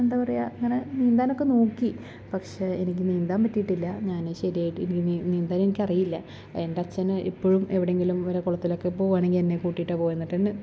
എന്താണ് പറയുക അങ്ങനെ നീന്താനൊക്കെ നോക്കി പക്ഷേ എനിക്ക് നീന്താൻ പറ്റിയിട്ടില്ല ഞാൻ ശരിയായിട്ട് നീന്താൻ എനിക്കറിയില്ല എൻ്റെ അച്ഛന് എപ്പോഴും എവിടെയെങ്കിലും ഇതുപോലെ കുളത്തിലൊക്കെ പോവുകയാണെങ്കിൽ എന്നെ കൂട്ടിയിട്ടാണ് പോവുക എന്നിട്ട് എന്നെ